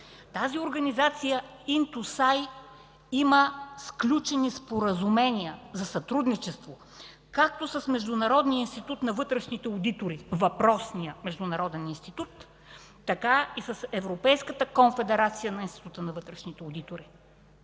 Тази организация Интосай има сключени споразумения за сътрудничество както с Международния институт на вътрешните одитори – въпросният международен институт, така и с Европейската конфедерация на Института на вътрешните одитори.